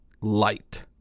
light